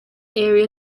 area